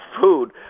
food